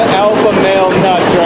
alpha male